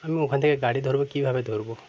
আমি ওখান থেকে গাড়ি ধরবো কীভাবে ধরবো